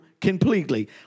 completely